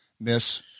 miss